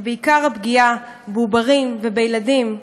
ובעיקר הפגיעה בעובדים ובילדים,